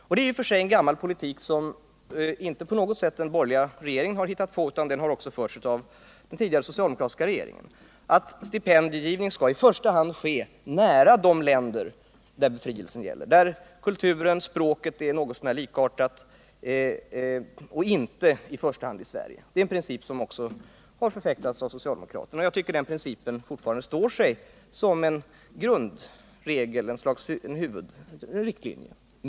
Det är i och för sig en gammal politik, som inte den borgerliga regeringen hittat på — den har också förts av den tidigare socialdemokratiska regeringen. Principen är att stipendiegivningen i första hand skall ske nära de länder som befrielsen gäller, där kultur och språk är något så när likartade, och inte i första hand i Sverige. Det är en princip som också har förfäktats av socialdemokraterna. Jag tycker den principen fortfarande står sig som en allmän riktlinje.